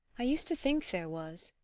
i used to think there was.